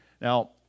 Now